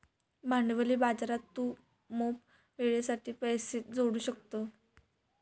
भांडवली बाजारात तू मोप वेळेसाठी पैशे जोडू शकतं